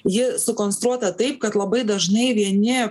ji sukonstruota taip kad labai dažnai vieni